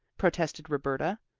protested roberta.